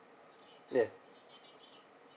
there